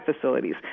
facilities